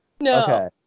No